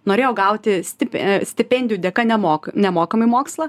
norėjo gauti stipen stipendijų dėka nemok nemoką mokslą